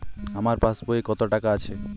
আমার পাসবই এ কত টাকা আছে?